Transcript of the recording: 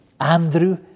Andrew